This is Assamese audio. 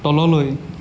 তললৈ